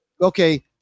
Okay